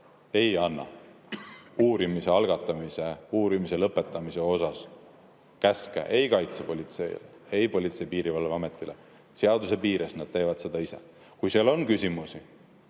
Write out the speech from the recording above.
ei anna uurimise algatamise või uurimise lõpetamise suhtes käske ei kaitsepolitseile, ei Politsei- ja Piirivalveametile. Seaduse piires nad teevad seda ise. Kui seal on küsimusi